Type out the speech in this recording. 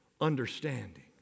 understanding